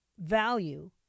value